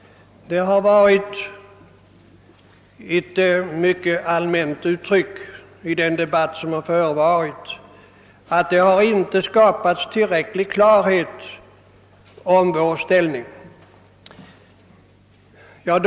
Det har varit ett allmänt uttryck i den debatt som har förevarit, att tillräcklig klarhet om vår ställning inte har skapats.